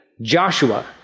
Joshua